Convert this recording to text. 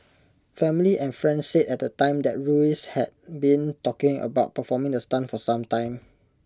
family and friends said at the time that Ruiz had been talking about performing the stunt for some time